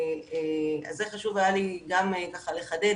זה היה לי חשוב לחדד,